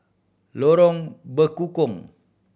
Lorong Bekukong